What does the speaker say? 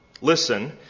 listen